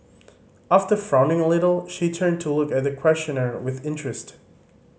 after frowning a little she turned to look at the questioner with interest